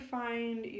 find